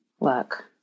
Look